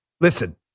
listen